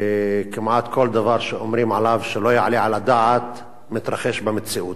וכמעט כל דבר שאומרים עליו שלא יעלה על הדעת מתרחש במציאות.